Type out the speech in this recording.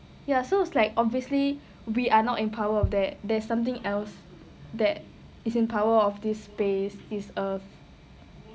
ya so it's like obviously we are not in power of that there's something else that is in power of this space this earth